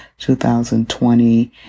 2020